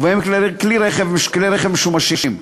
ובהם כלי רכב משומשים.